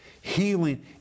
healing